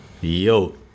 yo